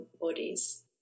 bodies